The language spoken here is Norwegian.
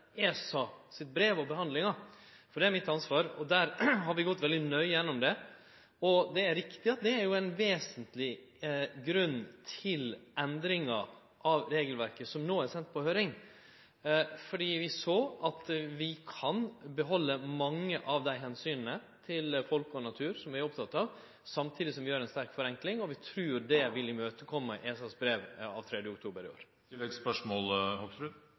sitt brev og behandlinga, for det er mitt ansvar. Vi har gått veldig nøye gjennom det, og det er riktig at det er ein vesentleg grunn til endringa av regelverket som no er sendt på høyring, fordi vi såg at vi kan behalde mange av dei omsyna til folk og natur som vi er opptekne av, samtidig som vi gjer ei sterk forenkling. Og vi trur det vil imøtekome ESA sitt brev av 3. oktober i